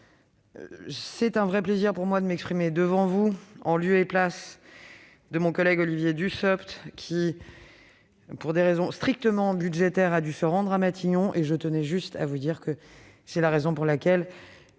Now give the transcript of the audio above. c'est un vrai plaisir pour moi de m'exprimer devant vous, en lieu et place de mon collègue Olivier Dussopt, qui, pour des raisons strictement budgétaires, a dû se rendre à Matignon. Il s'excuse platement auprès de vous de son absence.